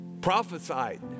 prophesied